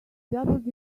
dabbled